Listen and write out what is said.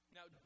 Now